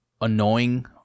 annoying